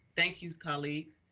thank you, colleagues.